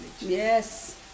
Yes